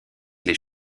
les